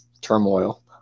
turmoil